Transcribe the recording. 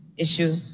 issue